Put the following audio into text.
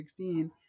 2016